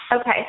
Okay